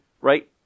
right